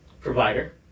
provider